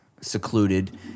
secluded